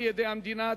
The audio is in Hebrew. על-ידי המדינה,